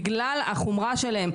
בגלל החומרה שלהן.